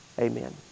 Amen